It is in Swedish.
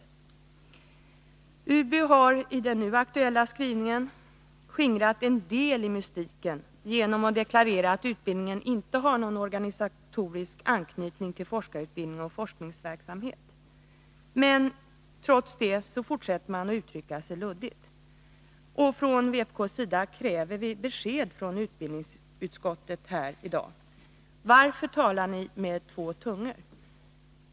Utbildningsutskottet har i den nu aktuella skrivningen skingrat en del av mystiken genom att deklarera att utbildningen inte har någon organisatorisk anknytning till forskarutbildning och forskningsverksamhet. Men trots detta fortsätter man att uttrycka sig luddigt. Från vpk:s sida kräver vi besked från utbildningsutskottet här i dag. Varför talar ni med två tungor?